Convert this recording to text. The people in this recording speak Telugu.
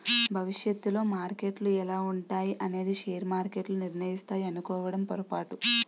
భవిష్యత్తులో మార్కెట్లు ఎలా ఉంటాయి అనేది షేర్ మార్కెట్లు నిర్ణయిస్తాయి అనుకోవడం పొరపాటు